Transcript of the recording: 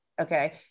Okay